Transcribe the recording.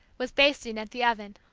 was basting at the oven.